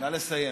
נא לסיים.